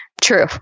True